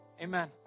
Amen